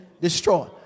destroy